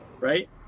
Right